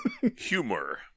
Humor